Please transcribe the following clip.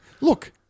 look